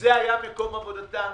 שזה היה מקום עבודתם.